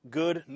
good